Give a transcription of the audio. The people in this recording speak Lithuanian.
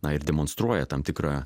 na ir demonstruoja tam tikrą